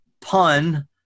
pun